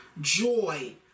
joy